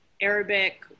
Arabic